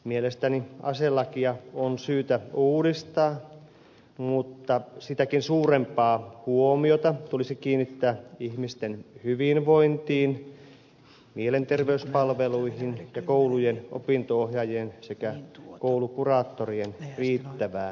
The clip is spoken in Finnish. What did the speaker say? mielestäni aselakia on syytä uudistaa mutta sitäkin suurempaa huomiota tulisi kiinnittää ihmisten hyvinvointiin mielenterveyspalveluihin ja koulujen opinto ohjaajien sekä koulukuraattorien riittävään määrään